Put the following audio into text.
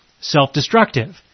self-destructive